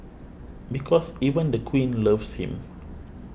because even the Queen loves him